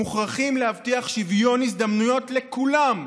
מוכרחים להבטיח שוויון הזדמנויות לכולם.